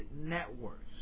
networks